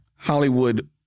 Hollywood